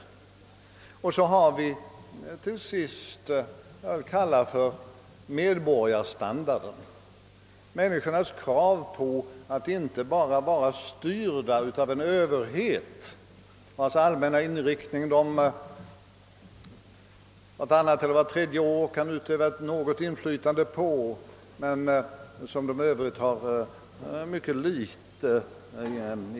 För det fjärde har vi vad jag kallar medborgarstandarden — människornas krav på att inte bara vara styrda av en överhet, på vars allmänna inriktning de vartannat eller vart tredje år kan utöva ett visst inflytande men för övrigt kan påverka i mycket liten grad.